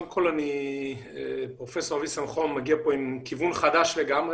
קודם כל פרופ' אבי שמחון מגיע פה עם כיוון חדש לגמרי,